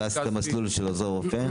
אתה עשית מסלול של עוזר רופא?